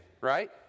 right